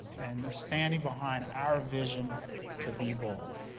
and they are standing behind our vision to be bold!